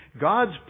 God's